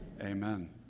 Amen